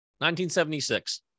1976